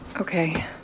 Okay